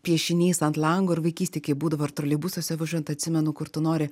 piešinys ant lango ir vaikystėj kai būdavo ir troleibusuose važiuojant atsimenu kur tu nori